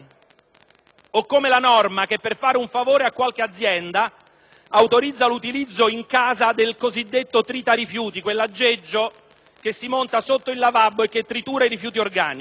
O come la norma che, per fare un favore a qualche azienda, autorizza l'utilizzo in casa del cosiddetto tritarifiuti, quell'aggeggio che si monta sotto il lavabo e tritura i rifiuti organici.